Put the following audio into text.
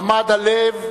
עמד הלב,